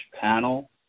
panel